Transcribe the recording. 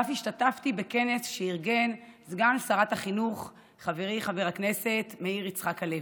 ואף השתתפתי בכנס שארגן סגן שרת החינוך’ חברי חבר הכנסת מאיר יצחק הלוי.